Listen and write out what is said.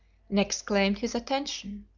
next claimed his attention.